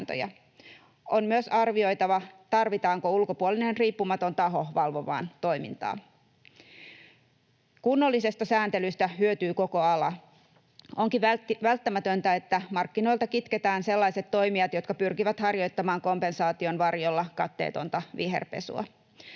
On myös arvioitava, tarvitaanko ulkopuolinen riippumaton taho valvomaan toimintaa. Kunnollisesta sääntelystä hyötyy koko ala. Onkin välttämätöntä, että markkinoilta kitketään sellaiset toimijat, jotka pyrkivät harjoittamaan kompensaation varjolla katteetonta viherpesua.